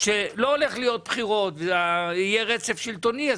שלא הולך להיות בחירות ויהיה רצף שלטוני,